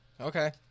Okay